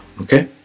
Okay